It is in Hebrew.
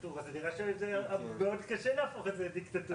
הם הראשונים שמגויסים לעבודה כחיילים בארגוני פשיעה.